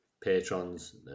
patrons